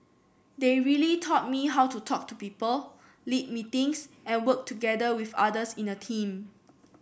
they really taught me how to talk to people lead meetings and work together with others in a team